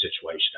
situation